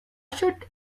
should